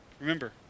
Remember